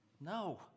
No